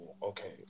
Okay